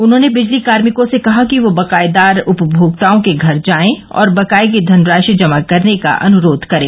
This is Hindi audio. उन्होंने बिजली कार्मिकों से कहा कि वे बकायेदार उपभोक्ताओं के घर जाये और बकाये की धनराशि जमा करने का अन्रोध करे